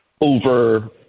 over-